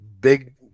big